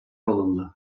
alındı